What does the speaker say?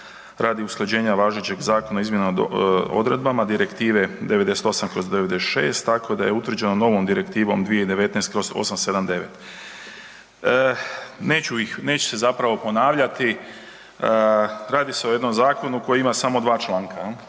radi usklađenja važećeg zakona o .../nerazumljivo/... odredbama Direktive 98/96, tako da je utvrđeno novom Direktivom 2019/879. Neću ih, neću se zapravo ponavljati, radi se o jednom zakonu koji ima samo 2 članka,